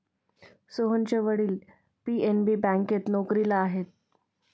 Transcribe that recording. सोहनचे वडील पी.एन.बी बँकेत नोकरीला आहेत